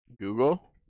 Google